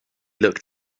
looked